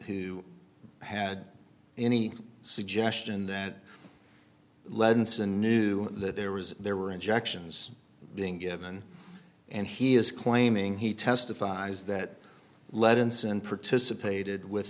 who had any suggestion that lensing knew that there was there were injections being given and he is claiming he testifies that lead ins and participated with